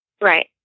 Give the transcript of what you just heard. Right